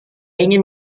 ingin